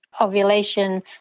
ovulation